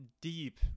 deep